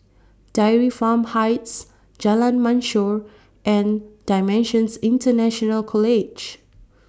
Dairy Farm Heights Jalan Mashor and DImensions International College